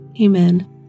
Amen